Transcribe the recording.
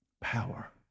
Power